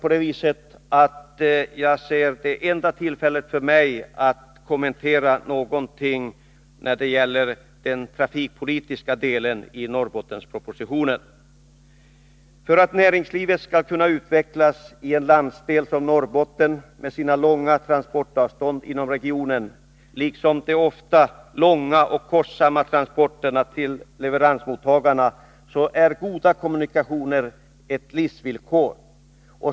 Som talarlistan är komponerad är detta det enda tillfället för mig att något kommentera den trafikpolitiska delen i Norrbottenspropositionen. För att näringslivet skall kunna utvecklas i en landsdel som Norrbotten, med stora transportavstånd inom regionen liksom ofta långa och kostsamma transporter till leveransmottagarna, är goda kommunikationer ett livsvillkor.